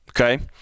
Okay